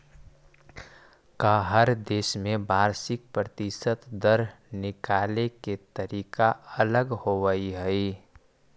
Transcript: का हर देश में वार्षिक प्रतिशत दर निकाले के तरीका अलग होवऽ हइ?